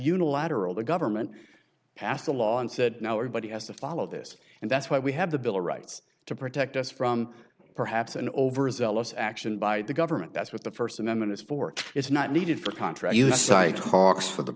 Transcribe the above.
unilateral the government passed a law and said now everybody has to follow this and that's why we have the bill of rights to protect us from perhaps an overzealous action by the government that's what the st amendment is for it's not needed for contra you cite talks for the